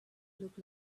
look